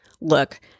Look